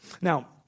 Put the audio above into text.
Now